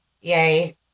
yay